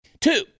Two